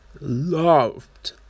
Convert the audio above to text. loved